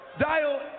dial